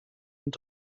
und